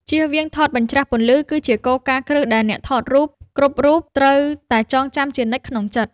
ចៀសវាងថតបញ្ច្រាសពន្លឺគឺជាគោលការណ៍គ្រឹះដែលអ្នកថតរូបគ្រប់រូបត្រូវតែចងចាំជានិច្ចក្នុងចិត្ត។